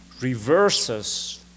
reverses